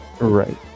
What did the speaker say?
right